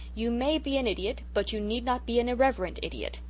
you may be an idiot but you need not be an irreverent idiot.